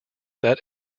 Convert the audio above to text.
that